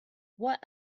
what